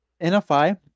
NFI